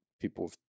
people